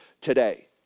today